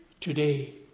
today